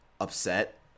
upset